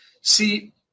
See